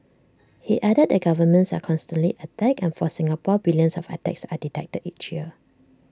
he added the governments are constantly attacked and for Singapore billions of attacks are detected each year